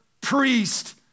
priest